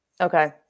Okay